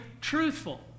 truthful